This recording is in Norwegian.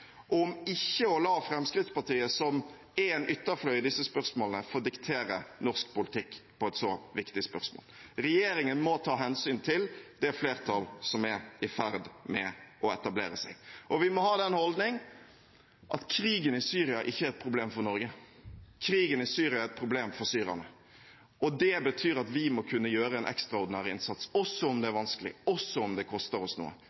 om ikke å la Fremskrittspartiet, som er en ytterfløy i disse spørsmålene, få diktere norsk politikk i et så viktig spørsmål. Regjeringen må ta hensyn til det flertall som er i ferd med å etablere seg. Vi må ha den holdning at krigen i Syria ikke er et problem for Norge. Krigen i Syria er et problem for syrerne. Det betyr at vi må kunne gjøre en ekstraordinær innsats, også om det er vanskelig, også om det koster oss